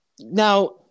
now